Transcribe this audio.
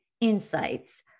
insights